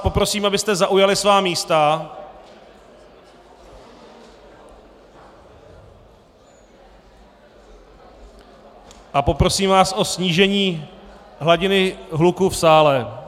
Poprosím vás, abyste zaujali svá místa, a poprosím vás o snížení hladiny hluku v sále.